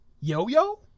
Yo-Yo